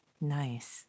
Nice